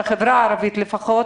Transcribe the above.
בחברה הערבית לפחות,